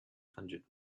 hundred